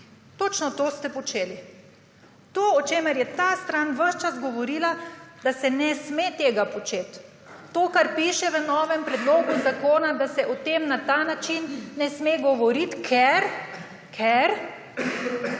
Točno to ste počeli. To, o čemer je ta stran ves čas govorila, da se ne sme tega početi. To, kar piše v novem predlogu zakona, da se o tem na ta način ne sme govoriti, ker